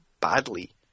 badly